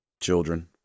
children